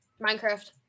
Minecraft